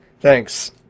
thanks